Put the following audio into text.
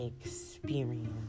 experience